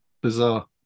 Bizarre